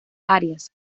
áreas